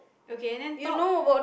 okay and then talk